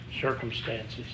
circumstances